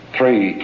Three